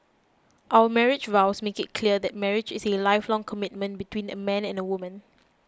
our marriage vows make it clear that marriage is a lifelong commitment between a man and a woman